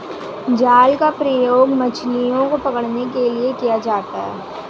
जाल का प्रयोग मछलियो को पकड़ने के लिये किया जाता है